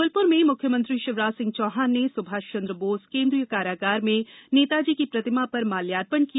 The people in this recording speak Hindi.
जबलपुर में मुख्यमंत्री शिवराज सिंह चौहान ने सुभाषचंद्र बोस केंद्रीय कारागार में नेताजी की प्रतिमा पर माल्यार्पण किया